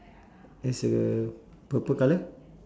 there's a purple colour